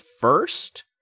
first